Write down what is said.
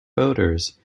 boaters